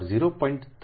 4605 log 7